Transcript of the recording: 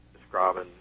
describing